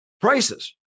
prices